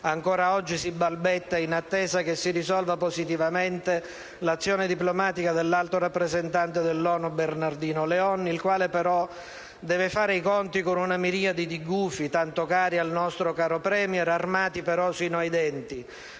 Ancora oggi, però, si balbetta, in attesa che si risolva positivamente l'azione diplomatica dell'Alto rappresentante dell'ONU, Bernardino Leon. Questi, però, deve fare i conti con una miriade di "gufi", tanto cari al nostro caro *Premier*, armati sino ai denti.